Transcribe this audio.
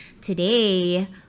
today